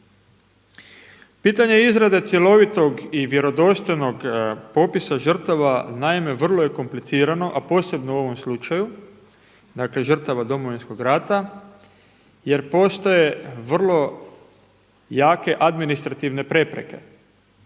Pitanje izrade cjelovitog i vjerodostojnog popisa žrtava naime vrlo je komplicirano, a posebno u ovom slučaju dakle žrtava Domovinskog rata jer postoje vrlo jake administrativne prepreke,